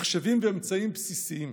מחשבים ואמצעים בסיסיים.